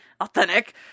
authentic